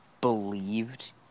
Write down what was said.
believed